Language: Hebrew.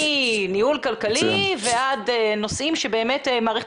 מניהול כלכלי ועד נושאים שבאמת מערכת